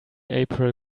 april